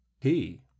He